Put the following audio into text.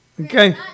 Okay